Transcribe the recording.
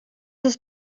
ist